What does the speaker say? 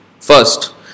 First